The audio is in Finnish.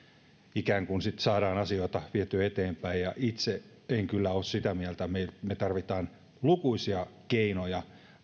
ikään kuin saamme asioita vietyä eteenpäin itse en kyllä ole sitä mieltä me me tarvitsemme lukuisia keinoja